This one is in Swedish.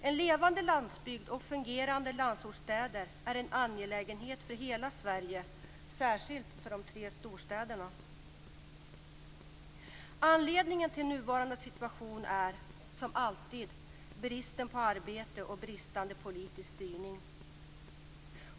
En levande landsbygd och fungerande landsortsstäder är en angelägenhet för hela Sverige, särskilt för de tre storstäderna. Anledningen till den nuvarande situationen är, som alltid, bristen på arbete och bristande politisk styrning.